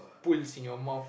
pools in your mouth